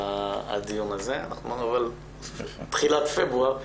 עכשיו אנחנו בתחילת פברואר,